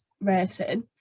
racing